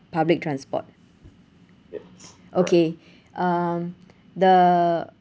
public transport okay um the